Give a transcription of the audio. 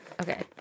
Okay